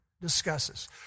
discusses